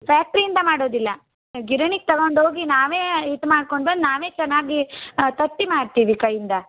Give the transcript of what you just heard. ಫ್ಯಾಕ್ಟ್ರಿಯಿಂದ ಮಾಡೋದಿಲ್ಲ ಗಿರಣಿಗೆ ತೊಗೊಂಡೋಗಿ ನಾವೇ ಹಿಟ್ಟು ಮಾಡ್ಕೊಂಡು ಬಂದು ನಾವೇ ಚೆನ್ನಾಗಿ ತಟ್ಟಿ ಮಾಡ್ತೀವಿ ಕೈಯಿಂದ